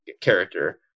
character